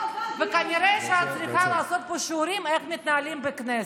וכנראה שאת צריכה לעשות פה שיעורים איך מתנהלים בכנסת.